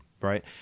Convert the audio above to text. Right